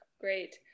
Great